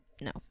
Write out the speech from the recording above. no